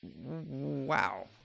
wow